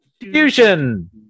fusion